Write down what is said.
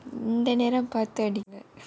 இந்த நேரம் பார்த்து அடிங்க:intha neram paarthu adinga